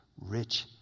rich